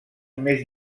més